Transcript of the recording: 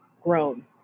grown